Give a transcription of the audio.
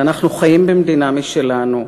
ואנחנו חיים במדינה משלנו,